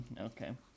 Okay